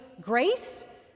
grace